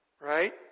right